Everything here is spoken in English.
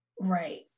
Right